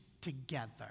together